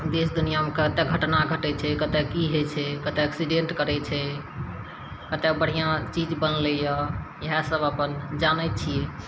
देश दुनिआँमे कतए घटना घटै छै कतए कि होइ छै कतए एक्सिडेन्ट करै छै कतए बढ़िआँ चीज बनलै यऽ इएहसब अपन जानै छिए